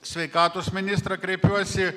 sveikatos ministrą kreipiuosi